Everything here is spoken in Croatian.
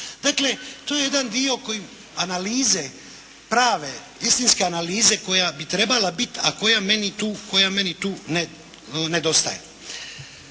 Dakle to je jedan dio kojim analize, prave istinske analize koja bi trebala biti, a koja meni tu nedostaje.